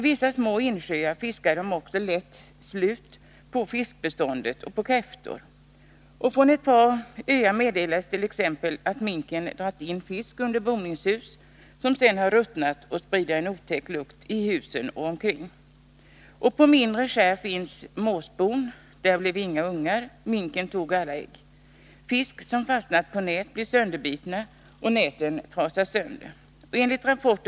I vissa små insjöar fiskar de lätt slut på fiskoch kräftbeståndet. Från ett par öar meddelas, att minken under boningshus dragit in fisk, som sedan har ruttnat och sprider en otäck lukt. På mindre skär finns måsbon där det inte blivit några ungar — minken tog alla ägg. Fisk som fastnat i nät blir sönderbiten, och näten trasas sönder.